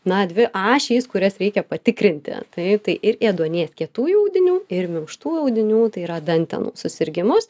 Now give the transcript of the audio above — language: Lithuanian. na dvi ašis kurias reikia patikrinti taip tai ir ėduonies kietųjų audinių ir minkštųjų audinių tai yra dantenų susirgimus